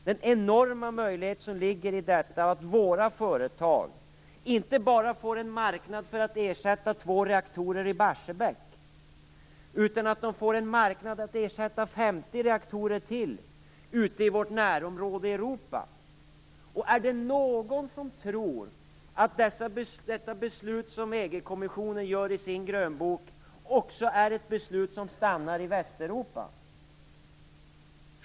Det ligger en enorm möjlighet i detta att våra företag får, inte bara en möjlighet att ersätta två reaktorer i Barsebäck, utan de får tillgång till en marknad där ytterligare 50 reaktorer skall ersättas i vårt närområde i Europa. Är det någon som tror att det beslut som EG-kommissionen fattar i sin grönbok också är ett beslut som stannar inom Västeuropa?